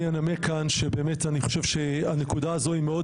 אני אנמק כאן שבאמת אני חושב שהנקודה הזו היא מאוד